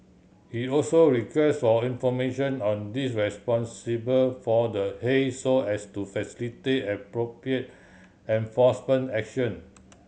he also requested all information on these responsible for the haze so as to facilitate appropriate enforcement action